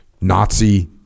Nazi